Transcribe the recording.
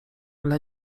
dla